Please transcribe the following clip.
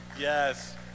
yes